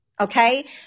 okay